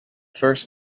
first